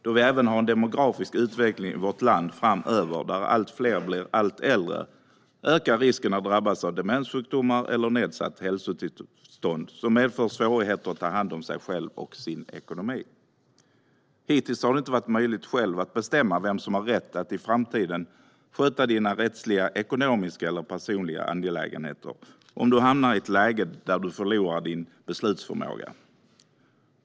Då vi även har en demografisk utveckling i vårt land framöver där allt fler blir allt äldre ökar risken att drabbas av demenssjukdomar eller nedsatt hälsotillstånd som medför svårigheter att ta hand om sig själv och sin ekonomi. Hittills har det inte varit möjligt att själv bestämma vem som har rätt att i framtiden sköta ens rättsliga, ekonomiska eller personliga angelägenheter om man hamnar i ett läge då man förlorar sin beslutsförmåga.